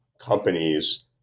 companies